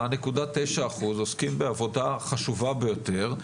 נקודה תשעה אחוז עוסקים בעבודה חשובה ביותר,